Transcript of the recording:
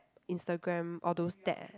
Instagram all those that